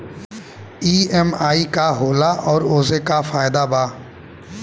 EMI का होला और ओसे का फायदा बा?